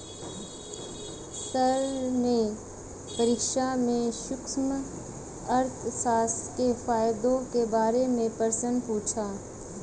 sir ने परीक्षा में सूक्ष्म अर्थशास्त्र के फायदों के बारे में प्रश्न पूछा